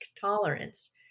tolerance